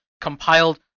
compiled